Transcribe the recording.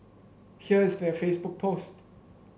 here is their Facebook post